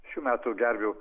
šių metų gervių